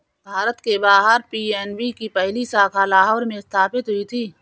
भारत के बाहर पी.एन.बी की पहली शाखा लाहौर में स्थापित हुई थी